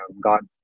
God